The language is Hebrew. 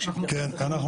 כן,